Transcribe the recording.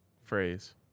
phrase